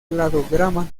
cladograma